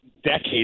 decades